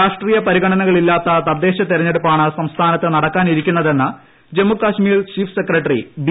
രാഷ്ട്രീയ പരിഗണനകളില്ലാത്ത തദ്ദേശ തെരഞ്ഞെടുപ്പാണ് സംസ്ഥാനത്ത് നടക്കാനിരിക്കുന്നതെന്ന് Jammu Kashmir chief secretary B